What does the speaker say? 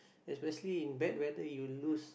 especially in bad weather you lose